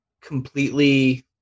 completely